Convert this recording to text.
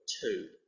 two